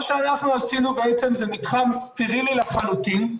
מה שאנחנו עשינו זה מתחם סטרילי לחלוטין.